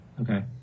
Okay